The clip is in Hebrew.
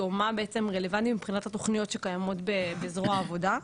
או מה בעצם רלוונטי מבחינת התוכניות שקיימות בזרוע העבודה,